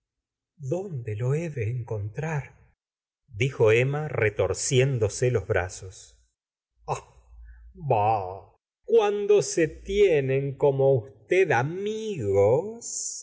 dónde lo he de encontrar dijo emma l retorciéndose los brazos ah bah cuando se tienen como usted amil